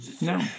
No